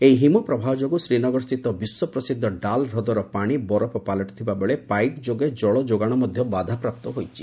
ଏହି ହିମପ୍ରବାହ ଯୋଗୁଁ ଶ୍ରୀନଗରସ୍ଥିତ ବିଶ୍ୱପ୍ରସିଦ୍ଧ ଡାଲ୍ ହ୍ରଦର ପାଣି ବରଫ ପାଲଟିଥିବା ବେଳେ ପାଇପ୍ ଯୋଗେ ଜଳ ଯୋଗାଣ ମଧ୍ୟ ବାଧାପ୍ରାପ୍ତ ହୋଇଛି